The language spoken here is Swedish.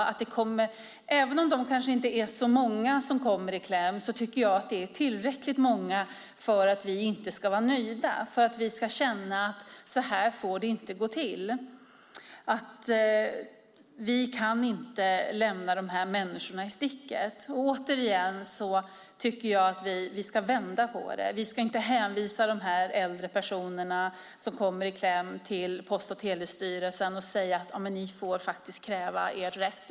Även om det kanske inte är så många som kommer i kläm tycker jag att det är tillräckligt många för att vi inte ska vara nöjda och för att vi ska känna att det inte får gå till så här. Vi kan inte lämna dessa människor i sticket. Återigen tycker jag att vi ska vända på det. Vi ska inte hänvisa de äldre personer som kommer i kläm till Post och telestyrelsen och säga: Ni får faktiskt kräva er rätt!